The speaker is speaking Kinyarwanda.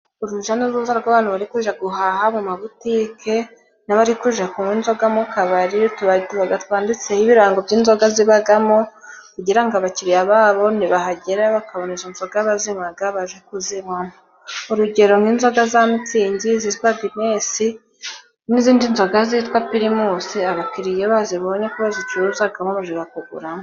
Urujya n'uruza rw'abantu bari guhaha mu ma butike, n'abari kujya kunywa inzoga mu kabari. Utubari tuba twanditseho ibirango by'inzoga zibamo, kugira ngo abakiriya babo nibahagera, bakabona izo nzoga baziywa bajye kuzinywamo. Urugero nk'inzoga za mitsingi, izitwa ginesi n'izindi nzoga zitwa pirimusi, abakiriya bazo iyo bazibonye ko bazicuruza bo bajya kuguramo.